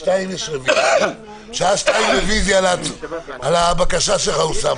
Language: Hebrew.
רוויזיה על הסתייגות מס'